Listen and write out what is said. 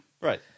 Right